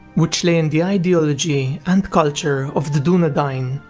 which lay in the ideology and culture of the dunedain.